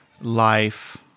life